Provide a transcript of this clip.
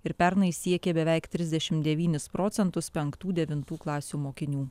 ir pernai siekė beveik trisdešimt devynis procentus penktų devintų klasių mokinių